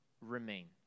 remain